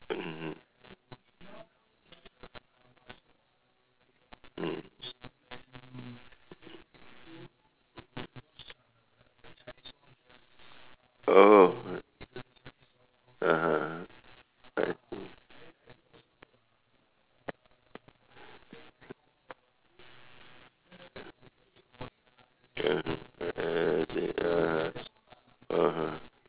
mmhmm K oh (uh huh) I see (uh huh) (uh huh) (uh huh)